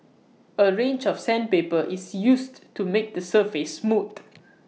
A range of sandpaper is used to make the surface smooth